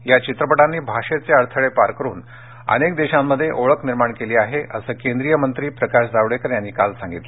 या चित्रपटांनी भाषेचे अडथळे पार करुन अनेक देशांमध्ये ओळख निर्माण केली आहे असं केंद्रीय मंत्री प्रकाश जावडेकर म्हणाले